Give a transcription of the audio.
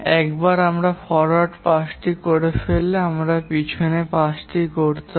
একবার আমরা ফরওয়ার্ড পাসটি করে ফেললে আমাদের পিছনের পাসটি করতে হবে